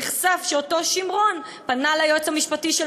נחשף שאותו שמרון פנה ליועץ המשפטי של